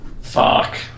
Fuck